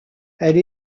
elle